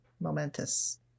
momentous